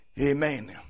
Amen